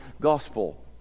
gospel